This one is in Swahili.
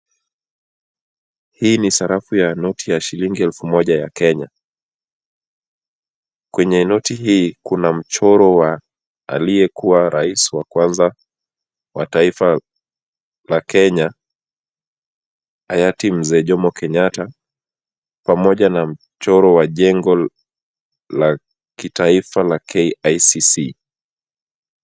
Hii ni sarafu ya noti ya shilingi elfu moja ya Kenya. Kwenye noti hii kuna mchoro wa aliyekua rais wa kwanza wa taifa la Kenya hayati Mzee Jomo Kenyatta pamoja na mchoro wa jengo la kitaifa la KICC.